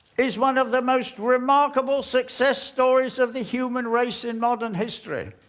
is one of the most remarkable success stories of the human race in modern history.